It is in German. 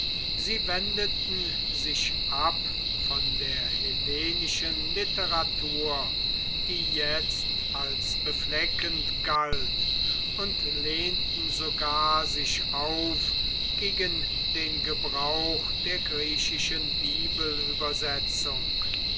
sie wendeten sich ab von der hellenischen literatur die jetzt als befleckend galt und lehnten sogar sich auf gegen den gebrauch der griechischen